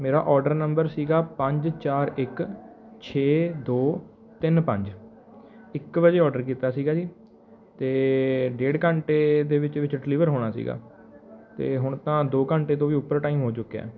ਮੇਰਾ order number ਸੀਗਾ ਪੰਜ ਚਾਰ ਇੱਕ ਛੇ ਦੋ ਤਿੰਨ ਪੰਜ ਇੱਕ ਵਜੇ ਔਡਰ ਕੀਤਾ ਸੀਗਾ ਜੀ ਅਤੇ ਡੇਢ ਘੰਟੇ ਦੇ ਵਿੱਚ ਵਿੱਚ ਡਿਲੀਵਰ ਹੋਣਾ ਸੀਗਾ ਅਤੇ ਹੁਣ ਤਾਂ ਦੋ ਘੰਟੇ ਤੋਂ ਵੀ ਉੱਪਰ ਟਾਇਮ ਹੋ ਚੁੱਕਿਆ